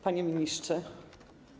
Panie Ministrze!